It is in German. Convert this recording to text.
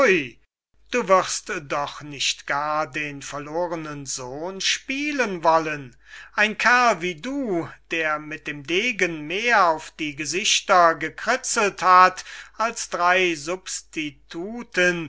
du wirst doch nicht gar den verlorenen sohn spielen wollen ein kerl wie du der mit dem degen mehr auf die gesichter gekritzelt hat als drei